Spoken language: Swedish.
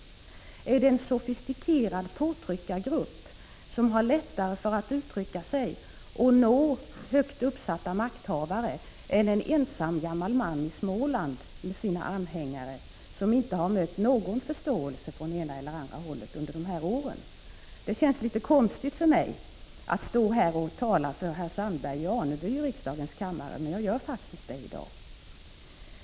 Gäller det mer en sofistikerad påtryckargrupp som har lättare för att uttrycka sig och nå högt uppsatta makthavare än en ensam gammal man i Småland med sina anhängare som inte mött någon förståelse från det ena eller andra hållet under dessa år? Det känns litet konstigt för mig att stå här i riksdagens € kammare och tala för herr Sandberg i Aneby, men jag gör faktiskt det i dag.